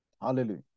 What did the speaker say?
Hallelujah